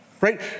right